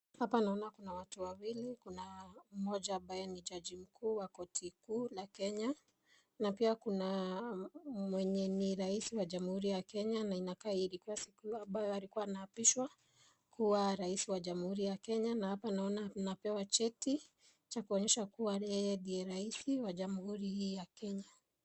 Hapa naona kuna watu wawili, kuna mmoja ambaye ni jaji mkuu wa korti kuu la Kenya. Na pia kuna mwenye ni rais wa Jamhuri ya Kenya na inakaa ilikuwa siku ambayo alikuwa anaapishwa kuwa rais wa Jamhuri ya Kenya na hapa naona anapewa cheti cha kuonyesha kuwa yeye ndiye rais wa Jamhuri hii ya Kenya.